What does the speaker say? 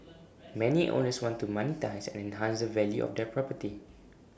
many owners want to monetise and enhance the value of their property